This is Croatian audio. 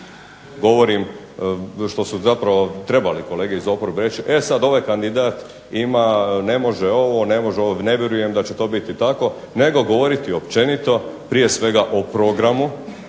govorim što su zapravo trebali kolege iz oporbe reći, e sad ovaj kandidat ima, ne može ovo, ne vjerujem da će to biti tako nego govoriti općenito, prije svega o programu,